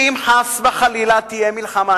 שאם חס וחלילה תהיה מלחמה,